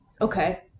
Okay